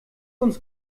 uns